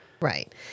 Right